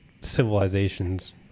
civilizations